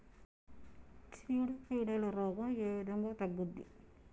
చీడ పీడల రోగం ఏ విధంగా తగ్గుద్ది?